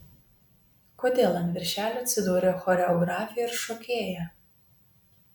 kodėl ant viršelio atsidūrė choreografė ir šokėja